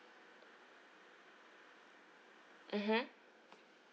mmhmm